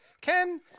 Ken